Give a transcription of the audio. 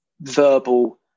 verbal